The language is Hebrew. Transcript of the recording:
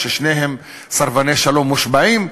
שניהם סרבני שלום מושבעים,